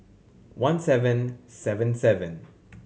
one seven seven seven